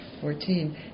fourteen